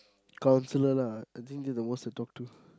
counsellor lah I think that's the most to talk to